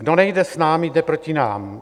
Kdo nejde s námi, jde proti nám.